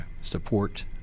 support